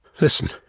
Listen